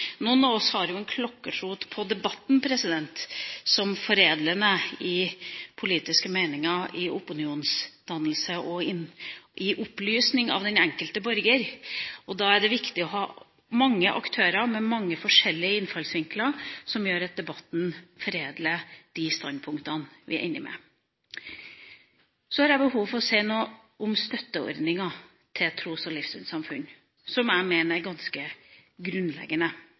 Noen av oss har en klokkertro på debatten som foredlende når det gjelder politiske meninger, opinionsdannelse og opplysning av den enkelte borger. Da er det viktig å ha mange aktører, med mange forskjellige innfallsvinkler som gjør at debatten foredler de standpunktene vi er inne med. Så har jeg behov for å si noe om støtteordninger til tros- og livssynssamfunn, som jeg mener er ganske grunnleggende.